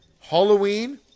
Halloween